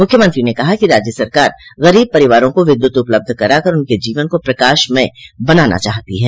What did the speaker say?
मुख्यमंत्री न कहा कि राज्य सरकार गरीब परिवारों को विद्युत उपलब्ध करा कर उनके जीवन को प्रकाशमय बनाना चाहती है